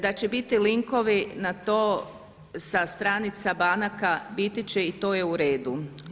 Da će biti linkovi na to sa stranica banaka biti će i to je u redu.